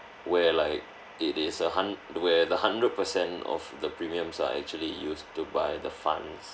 where like it is a hun~ where the hundred percent of the premiums are actually used to buy the funds